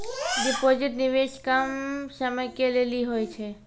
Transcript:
Deposit निवेश कम समय के लेली होय छै?